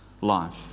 life